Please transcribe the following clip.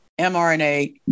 mRNA